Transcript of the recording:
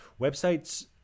Websites